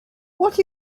what